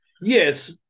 Yes